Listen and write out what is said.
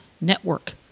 Network